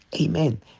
Amen